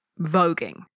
voguing